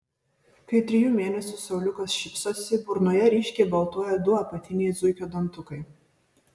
kai trijų mėnesių sauliukas šypsosi burnoje ryškiai baltuoja du apatiniai zuikio dantukai